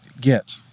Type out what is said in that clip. get